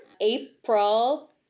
April